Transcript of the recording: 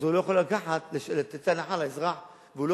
אז הוא לא יכול לתת הנחה לאזרח והוא לא